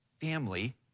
family